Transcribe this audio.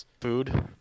food